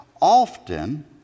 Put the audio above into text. often